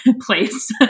place